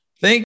thank